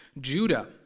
Judah